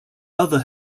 other